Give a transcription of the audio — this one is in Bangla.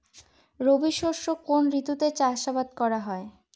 রবি শস্য কোন ঋতুতে চাষাবাদ করা হয়?